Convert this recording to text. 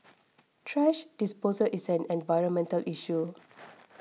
thrash disposal is an environmental issue